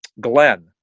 glenn